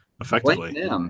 Effectively